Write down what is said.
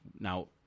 Now